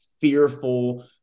fearful